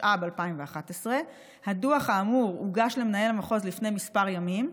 התשע"ב 2011. הדוח האמור הוגש למנהל המחוז לפני כמה ימים,